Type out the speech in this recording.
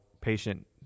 patient